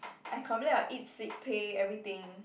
I complain about eat sweet cake everything